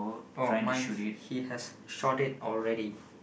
oh mine's he has shot it already